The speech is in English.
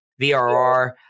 VRR